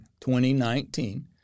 2019